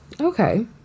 okay